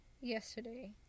yesterday